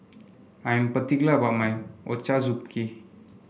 I am particular about my Ochazuke